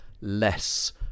less